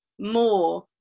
more